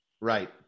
Right